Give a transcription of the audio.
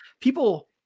People